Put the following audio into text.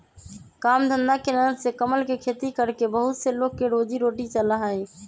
काम धंधा के नजर से कमल के खेती करके बहुत से लोग के रोजी रोटी चला हई